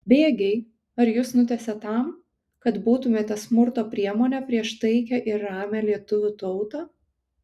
bėgiai ar jus nutiesė tam kad būtumėte smurto priemonė prieš taikią ir ramią lietuvių tautą